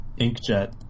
inkjet